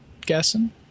guessing